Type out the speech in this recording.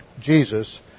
Jesus